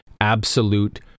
absolute